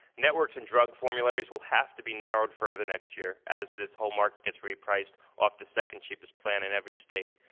networks and drug formulators will have to be narrowed further next year as this whole market gets repriced off the second cheapest plan in every state.